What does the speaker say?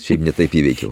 šiaip ne taip įveikiau